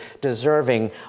deserving